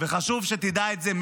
וחשוב שתדע את זה,